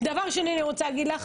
דבר שני אני רוצה להגיד לך,